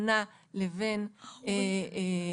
חה"כ